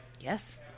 Yes